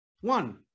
one